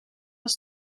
was